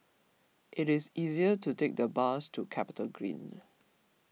it is easier to take the bus to Capita Green